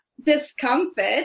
Discomfort